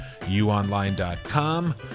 youonline.com